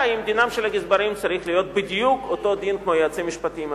אם דינם של הגזברים צריך להיות בדיוק אותו דין כמו יועצים משפטיים,